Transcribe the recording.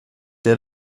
der